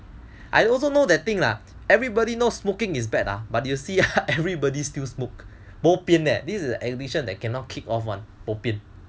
I also know that thing lah everybody know smoking is bad lah but you see everybody still smoke bopian leh this addiction that cannot kick off [one] bopian